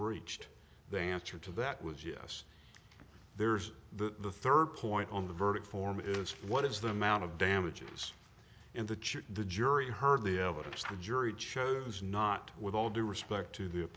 breached the answer to that was yes there's the third point on the verdict form is what is the amount of damages in the church the jury heard the evidence the jury chose not with all due respect to the